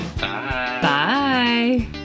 Bye